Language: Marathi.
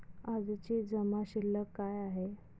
आजची जमा शिल्लक काय आहे?